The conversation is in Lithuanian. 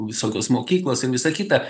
visokios mokyklos ir visa kita